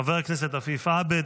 חבר הכנסת עפיף עבד,